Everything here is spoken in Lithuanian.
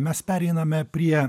mes pereiname prie